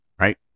right